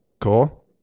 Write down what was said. cool